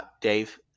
Dave –